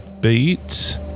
beat